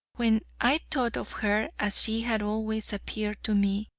when i thought of her as she had always appeared to me,